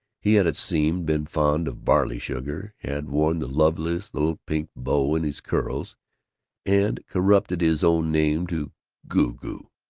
he had, it seemed, been fond of barley-sugar had worn the loveliest little pink bow in his curls and corrupted his own name to goo-goo.